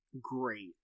great